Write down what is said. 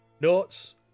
notes